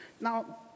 Now